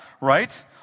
right